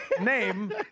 name